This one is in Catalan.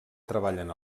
treballen